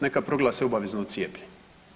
Neka proglase obavezno cijepljenje.